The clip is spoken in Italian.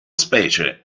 specie